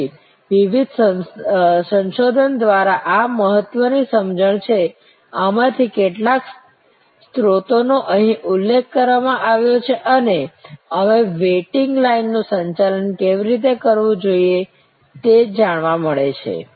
તેથી વિવિધ સંશોધનો દ્વારા આ મહત્વની સમજણ છે આમાંથી કેટલાક સ્ત્રોતોનો અહીં ઉલ્લેખ કરવામાં આવ્યો છે અને અમને વેઇટિંગ લાઇનનું સંચાલન કેવી રીતે કરવું તે જાણવા મળે છે